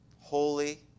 holy